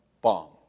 bomb